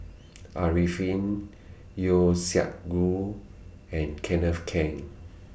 Arifin Yeo Siak Goon and Kenneth Keng